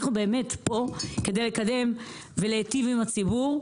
אנחנו באמת פה כדי לקדם ולהיטיב עם הציבור,